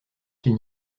qu’il